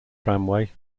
tramway